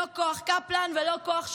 לא כוח קפלן ולא כוח שושנה,